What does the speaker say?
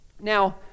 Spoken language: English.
Now